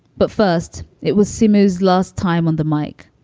but first it was simos last time on the mike,